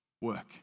work